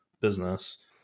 business